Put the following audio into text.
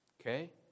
okay